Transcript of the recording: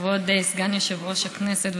כבוד סגן יושב-ראש הכנסת,